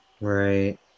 Right